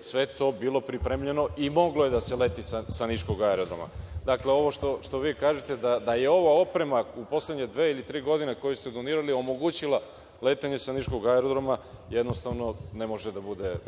sve to je bilo pripremljeno i moglo je da se leti sa niškog aerodroma. Dakle, ovo što vi kažete da je ova oprema u poslednje dve ili tri godine koju ste donirali omogućila letenje sa niškog aerodroma, jednostavno, ne može da